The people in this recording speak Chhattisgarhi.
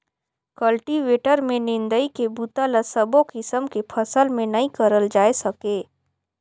कल्टीवेटर में निंदई के बूता ल सबो किसम के फसल में नइ करल जाए सके